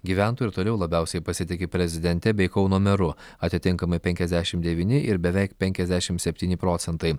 gyventojai ir toliau labiausiai pasitiki prezidente bei kauno meru atitinkamai penkiasdešim devyni ir beveik penkiasdešim septyni procentai